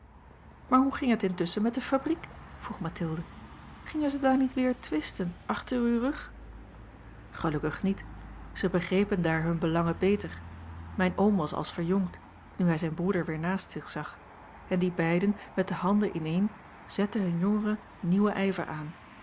maar hoe ging het intusschen met de fabriek vroeg mathilde gingen ze daar niet weer twisten achter uw rug gelukkig niet zij begrepen daar hun belangen beter mijn oom was als verjongd nu hij zijn broeder weer naast zich zag en die beiden met de handen ineen zetten hun jongeren nieuwen ijver aan